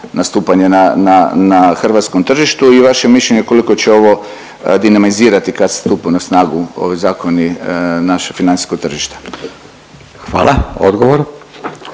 na, na, na hrvatskom tržištu i vaše mišljenje koliko će ovo dinamizirati kad stupe na snagu ovi zakoni, naše financijsko tržište. **Radin,